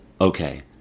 okay